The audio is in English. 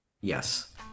yes